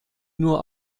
nur